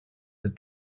the